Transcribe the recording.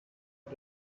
put